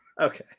Okay